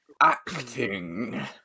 acting